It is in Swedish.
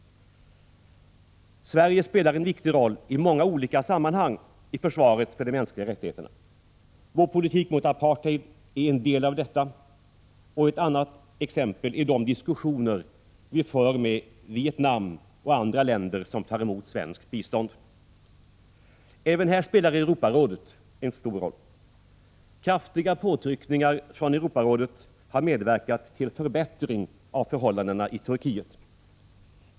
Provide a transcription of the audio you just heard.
Sverige spelar en viktig roll i många olika sammanhang i försvaret för de mänskliga rättigheterna. Vår politik mot apartheid är en del av detta. Ett annat exempel är de diskussioner vi för med Vietnam och andra länder som tar emot svenskt bistånd. Även här spelar Europarådet en stor roll. Kraftiga påtryckningar från Europarådet har medverkat till förbättring av förhållandena i Turkiet.